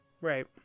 Right